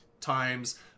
Times